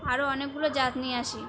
আরও অনেকগুলো জাত নিয়ে আসি